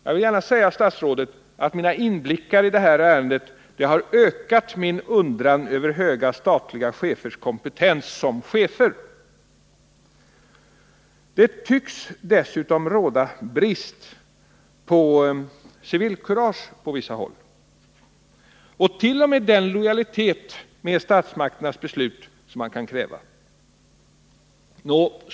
Jag vill gärna säga statsrådet att mina inblickar i det här ärendet har ökat min undran över höga statliga chefers kompetens som chefer. Det tycks på vissa håll dessutom råda brist på civilkurage och t.o.m. på den lojalitet mot statsmakternas beslut som man bör ha rätt att kräva.